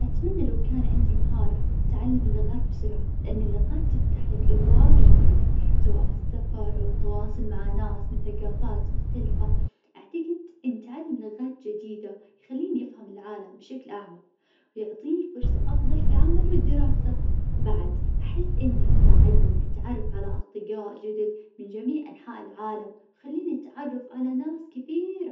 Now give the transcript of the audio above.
أتمنى لو كان عندي مهارة تعلم اللغات بسرعة لأن اللغات تفتح لك أبواب جديدة سواء في السفر أو التواصل مع ناس من ثقافات مختلفة، أعتقد إن تعلم لغات جديدة يخليني أفهم العالم بشكل أعمق، ويعطيني فرصة أفضل في العمل والدراسة. بعد أحس إن يساعدني أتعرف على أصدقاء جدد من جميع أنحاء العالم، خليني نتعرف على ناس كثيرة.